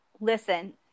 listen